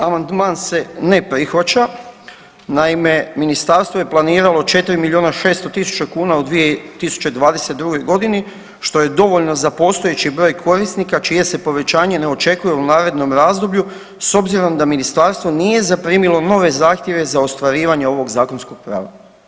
Amandman se ne prihvaća, naime ministarstvo je planiralo 4 milijuna 600 tisuća kuna u 2022.g. što je dovoljno za postojeći broj korisnika čije se povećanje ne očekuje u narednom razdoblju s obzirom da ministarstvo nije zaprimilo nove zahtjeve za ostvarivanje ovog zakonskog prava.